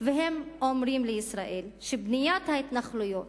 והן אומרות לישראל שבניית ההתנחלויות